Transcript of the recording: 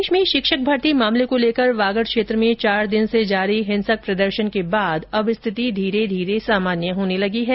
प्रदेश में शिक्षक भर्ती मामले को लेकर वांगड़ क्षेत्र में चार दिन से जारी हिंसक प्रदर्शन के बाद अब स्थिति धीरे धीरे सामान्य होने लगी है